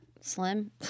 Slim